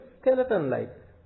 skeleton-like